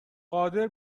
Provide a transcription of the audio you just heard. قادر